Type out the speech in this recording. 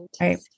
Right